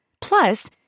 Plus